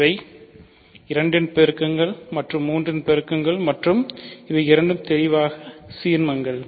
இவை 2 இன் பெருக்கங்கள் மற்றும் இவை 3 இன் பெருக்கங்கள் மற்றும் இவை இரண்டும் தெளிவாக சீர்மங்கள்